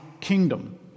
kingdom